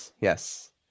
Yes